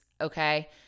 okay